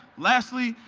lastly,